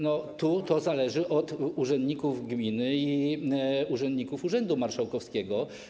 No, to zależy od urzędników gminy i urzędników urzędu marszałkowskiego.